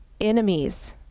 enemies